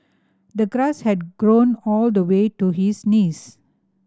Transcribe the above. the grass had grown all the way to his knees